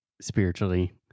spiritually